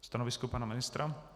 Stanovisko pana ministra?